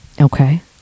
Okay